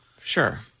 Sure